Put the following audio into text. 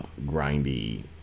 grindy